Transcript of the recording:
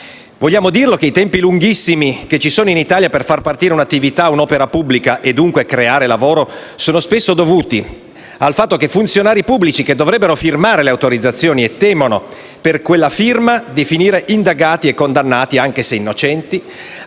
Vogliamo dirlo che i tempi lunghissimi che ci sono in Italia per far partire un'attività, un'opera pubblica e, dunque, creare lavoro spesso sono dovuti al fatto che funzionari pubblici, che dovrebbero firmare le autorizzazioni, temono per quella firma di finire indagati, anche se innocenti,